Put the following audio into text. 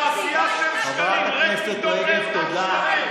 זו תעשייה של שקרים, חברת הכנסת רגב, תודה.